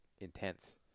intense